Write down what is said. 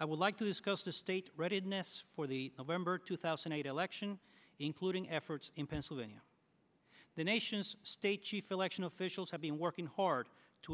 i would like to discuss the state readiness for the november two thousand and eight election including efforts in pennsylvania the nation's state chief election officials have been working hard to